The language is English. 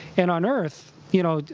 and on earth, you know,